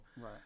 Right